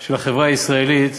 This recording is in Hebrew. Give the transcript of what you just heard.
של החברה הישראלית,